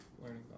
learning